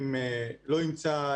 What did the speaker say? לא עם צה"ל,